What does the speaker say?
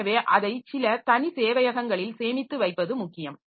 எனவே அதை சில தனி சேவையகங்களில் சேமித்து வைப்பது முக்கியம்